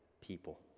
people